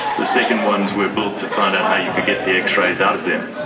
the second ones were built to find out how you could get the x-rays out of them.